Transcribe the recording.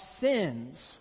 sins